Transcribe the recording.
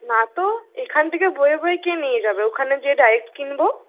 না তো এখান থেকে বয়ে বয়ে কে নিয়ে যাবে ওখানে গিয়ে ডাইরেক্ট কিনবো